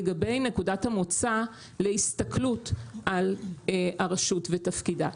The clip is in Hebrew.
לגבי נקודת המוצא להסתכלות על הרשות ותפקידה.